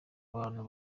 abantu